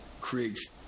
creates